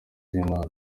z’imana